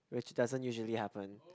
which doesn't usually happen